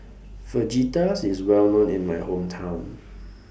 Fajitas IS Well known in My Hometown